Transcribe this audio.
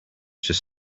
just